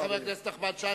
תודה רבה לחבר הכנסת נחמן שי.